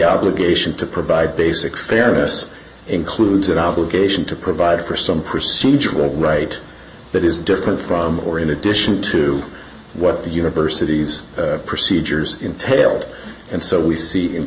obligation to provide basic fairness includes that obligation to provide for some procedural right that is different from or in addition to what the university's procedures entailed and so we see i